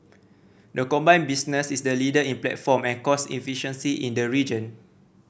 the combined business is the leader in platform and cost efficiency in the region